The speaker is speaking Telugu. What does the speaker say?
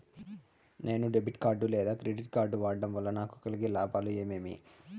నేను డెబిట్ కార్డు లేదా క్రెడిట్ కార్డు వాడడం వల్ల నాకు కలిగే లాభాలు ఏమేమీ?